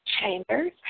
Chambers